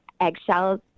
eggshells